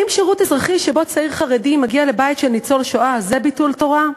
האם שירות אזרחי שבו צעיר חרדי מגיע לבית של ניצול שואה זה ביטול תורה?